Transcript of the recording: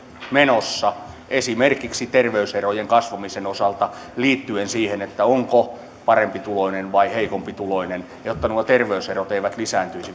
menossa esimerkiksi terveyserojen kasvamisen osalta liittyen siihen onko parempituloinen vai heikompituloinen niin nuo terveyserot eivät lisääntyisi